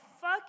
fuck